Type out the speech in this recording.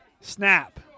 Snap